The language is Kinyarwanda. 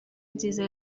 nziza